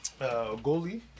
goalie